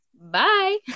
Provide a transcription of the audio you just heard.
bye